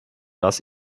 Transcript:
dass